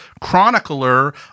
chronicler